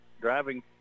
driving